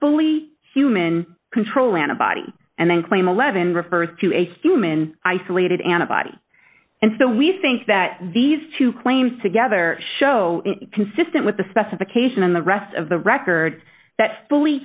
fully human control antibody and then claim eleven refers to a human isolated antibody and so we think that these two claims together show consistent with the specification in the rest of the record that